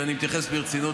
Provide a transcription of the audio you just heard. ואני מתייחס ברצינות,